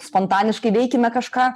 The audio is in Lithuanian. spontaniškai veikiame kažką